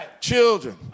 children